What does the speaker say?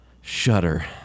Shudder